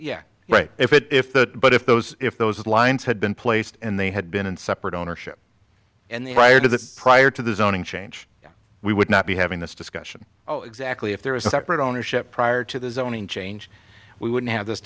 yeah right if it if that but if those if those lines had been placed and they had been in separate ownership and the right of the prior to the zoning change we would not be having this discussion oh exactly if there was a separate ownership prior to the zoning change we wouldn't have this